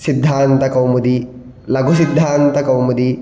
सिद्धान्तकौमुदी लघुसिद्धान्तकौमुदी